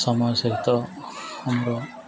ସମାଜ ସହିତ ଆମର